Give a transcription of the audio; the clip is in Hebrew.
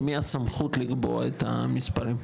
למי הסמכות לקבוע את המספרים?